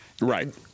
Right